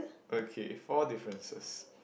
okay four differences